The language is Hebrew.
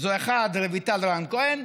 אחת, רויטל רן-כהן,